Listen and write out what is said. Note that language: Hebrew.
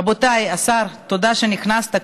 רבותיי, השר, תודה שנכנסת.